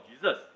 Jesus